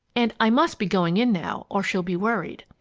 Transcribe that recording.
and i must be going in now, or she'll be worried.